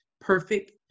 Perfect